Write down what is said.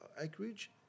acreage